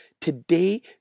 Today